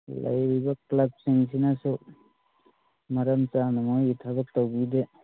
ꯂꯩꯔꯤꯕ ꯀ꯭ꯂꯞꯁꯤꯡꯁꯤꯅꯁꯨ ꯃꯔꯝ ꯆꯥꯅ ꯃꯣꯏꯒꯤ ꯊꯕꯛ ꯇꯧꯕꯤꯗꯦ